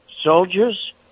soldiers